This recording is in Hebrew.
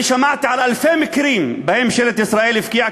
אני שמעתי על אלפי מקרים שבהם ממשלת ישראל הפקיעה